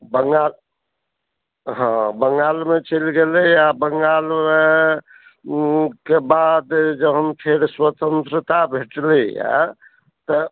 बंगाल हँ बंगालमे चलि गेलै आ बंगाल ओएह के बाद जहन फेर स्वतंत्रता भेटलैए तऽ